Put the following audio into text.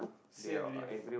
sian already ah